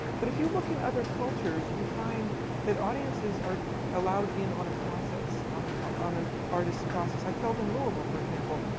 but if you look in other cultures, you find that audiences are allowed in on a process, on an on an artist's process. i felt in louisville, for example,